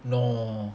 no